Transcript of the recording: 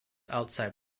outside